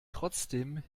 trotzdem